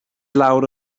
lawr